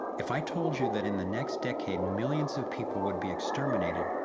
if i told you, that in the next decade, millions of people would be exterminated,